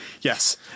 Yes